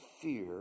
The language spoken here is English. fear